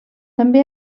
també